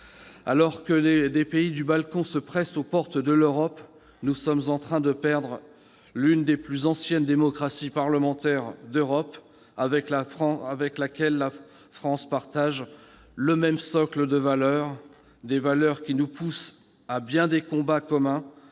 Alors que des pays des Balkans se pressent aux portes de l'Europe, nous sommes en train de perdre l'une des plus anciennes démocraties parlementaires d'Europe, avec laquelle la France partage le même socle de valeurs, des valeurs qui nous poussent à bien des combats communs,